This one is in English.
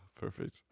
perfect